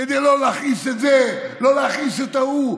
כדי לא להכעיס את זה, לא להכעיס את ההוא.